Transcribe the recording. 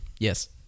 Yes